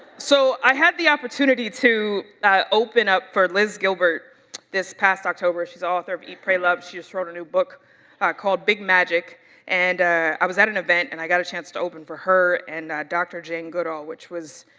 so, i have the opportunity to open up for liz gilbert this past october. she's the author of eat, pray, love, she just wrote a new book called big magic and i was at an event and i got a chance to open for her and dr. jane goodall, which was,